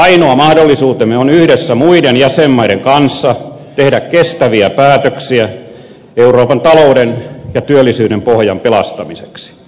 ainoa mahdollisuutemme on yhdessä muiden jäsenmaiden kanssa tehdä kestäviä päätöksiä euroopan talouden ja työllisyyden pohjan pelastamiseksi